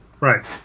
Right